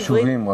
רק מסגרת הזמן.